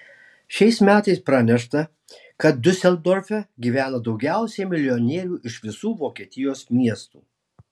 šiais metais pranešta kad diuseldorfe gyvena daugiausiai milijonierių iš visų vokietijos miestų